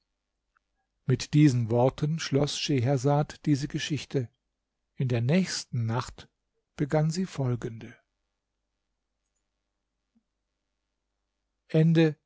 mit diesen worten schloß schehersad diese geschichte in der nächsten nacht begann sie folgende